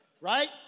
right